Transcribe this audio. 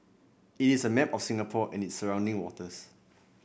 it is a map of Singapore and its surrounding waters